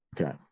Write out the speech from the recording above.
okay